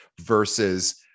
versus